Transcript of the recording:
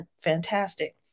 Fantastic